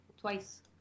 Twice